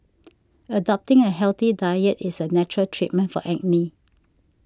adopting a healthy diet is a natural treatment for acne